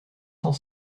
cent